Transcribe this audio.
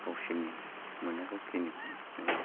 गावसोरनि मोननांगौखिनिखौ उनाव